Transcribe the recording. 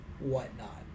whatnot